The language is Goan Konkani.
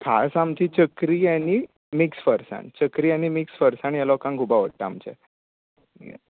खास आमची चकरी आनी मिक्स फरसाण चकरी आनी मिक्स फरसाण ये लोकांक खूब आवडटा आमचे